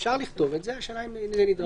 אפשר לכתוב את זה, השאלה אם זה נדרש.